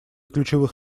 ключевых